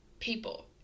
people